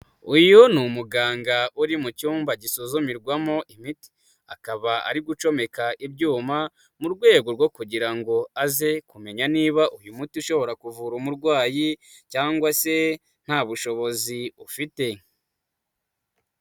Uyu ni umuganga uri mu cyumba gisuzumirwamo imiti. Akaba ari gucomeka ibyuma mu rwego rwo kugira ngo aze kumenya niba uyu muti ushobora kuvura umurwayi cyangwa se nta bushobozi ufite/